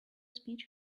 speech